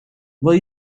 will